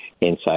inside